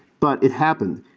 but it happened.